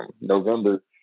November